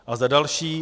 A za další.